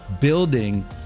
building